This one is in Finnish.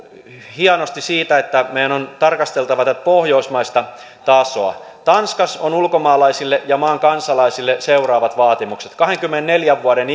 hienosti siitä että meidän on tarkasteltava tätä pohjoismaista tasoa tanskassa on ulkomaalaisille ja maan kansalaisille seuraavat vaatimukset kahdenkymmenenneljän vuoden